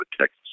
Texas